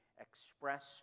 express